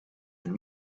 een